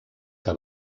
que